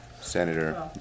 Senator